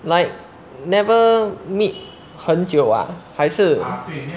like never meet 很久啊还是